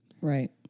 Right